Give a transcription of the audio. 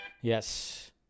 Yes